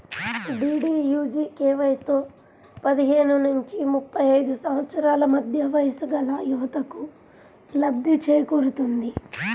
డీడీయూజీకేవైతో పదిహేను నుంచి ముప్పై ఐదు సంవత్సరాల మధ్య వయస్సుగల యువతకు లబ్ధి చేకూరుతుంది